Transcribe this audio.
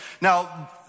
Now